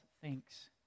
thinks